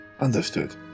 Understood